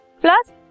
plus